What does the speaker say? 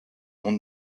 mont